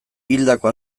hildako